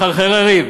מחרחרי ריב.